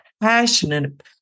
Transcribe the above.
passionate